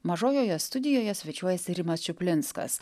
mažojoje studijoje svečiuojasi rimas čuplinskas